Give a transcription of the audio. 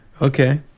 Okay